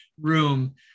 room